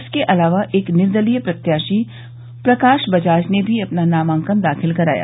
इसके अलावा एक निर्दलीय प्रत्याशी प्रकाश बजाज ने भी अपना नामांकन दाखिल कराया